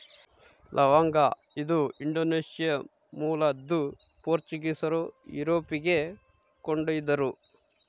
ಲವಂಗ ಇದು ಇಂಡೋನೇಷ್ಯಾ ಮೂಲದ್ದು ಪೋರ್ಚುಗೀಸರು ಯುರೋಪಿಗೆ ಕೊಂಡೊಯ್ದರು